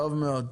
טוב מאוד.